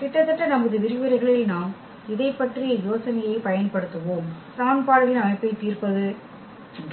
கிட்டத்தட்ட நமது விரிவுரைகளில் நாம் இதைப் பற்றிய யோசனையைப் பயன்படுத்துவோம் சமன்பாடுகளின் அமைப்பைத் தீர்ப்பது